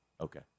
Okay